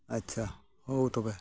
ᱟᱪᱪᱷᱟ ᱦᱳᱭ ᱛᱚᱵᱮ